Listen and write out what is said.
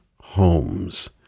homes